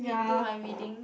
read do my reading